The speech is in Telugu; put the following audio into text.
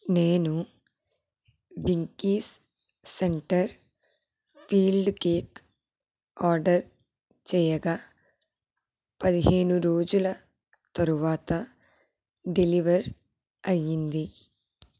నేను Winkies centre filled cake order చేయగా పదిహేను రోజుల తరువాత డెలివర్ అయ్యింది